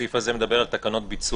הסעיף הזה מדבר על תקנות ביצוע.